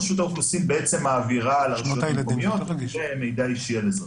רשות האוכלוסין מעבירה לרשויות המקומיות פרטי מידע אישי על אזרחים.